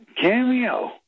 Cameo